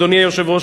אדוני היושב-ראש,